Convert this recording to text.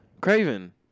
Craven